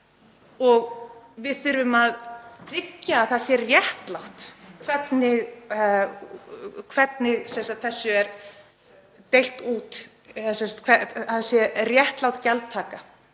við þurfum að tryggja að það sé réttlátt hvernig þessu er deilt út, það sé réttlát gjaldtaka